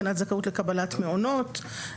בחינת זכאות לקבלת מעונות.